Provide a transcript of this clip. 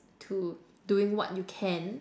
to doing what you can